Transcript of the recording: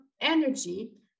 energy